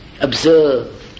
observe